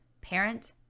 parent